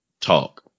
Talk